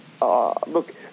Look